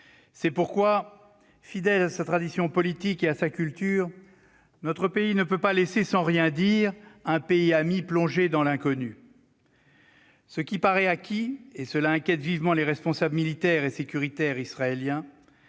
C'est pourquoi, fidèle à sa tradition politique et à sa culture, notre pays ne peut pas laisser sans rien dire un pays ami plonger dans l'inconnu. Ce qui paraît acquis, et cela inquiète vivement les responsables militaires et sécuritaires israéliens,